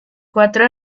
cuatro